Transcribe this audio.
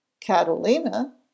Catalina